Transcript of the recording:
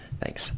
Thanks